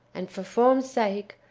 and, for form's sake,